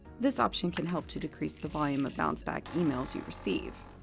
this option can help to decrease the volume of bounce-back emails you receive.